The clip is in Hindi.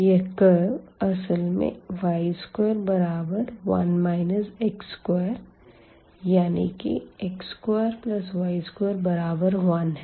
यह कर्व असल में y21 x2 यानी कि x2y21 है